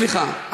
סליחה,